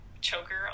choker